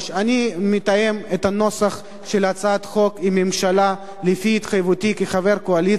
אני מתאם את הנוסח של הצעת החוק עם הממשלה לפי התחייבותי כחבר קואליציה,